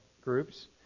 groups